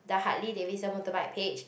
the Harley Davidson motorbike page